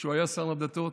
כשהוא היה שר הדתות